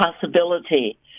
possibility